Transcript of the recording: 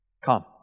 Come